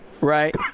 right